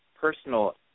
personal